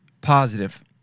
positive